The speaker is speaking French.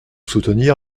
soutenir